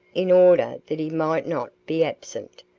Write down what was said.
in order that he might not be absent,